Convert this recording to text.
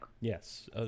Yes